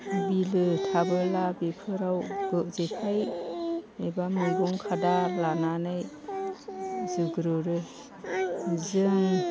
बिलो थाबोला बेफोराव जेखाइ एबा मैगं खादा लानानै जुग्रुदो जों